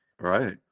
Right